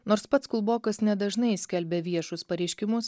nors pats kulbokas nedažnai skelbė viešus pareiškimus